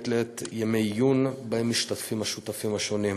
מתקיימים מעת לעת ימי עיון שבהם משתתפים השותפים השונים.